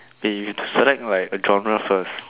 eh you have to select like a genre first